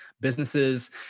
businesses